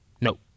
No